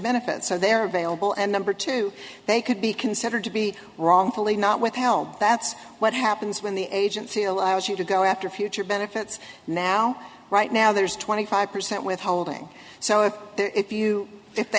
benefit so they are available and number two they could be considered to be wrongfully not withheld that's what happens when the agency allows you to go after future benefits now right now there's twenty five percent withholding so if you